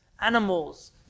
animals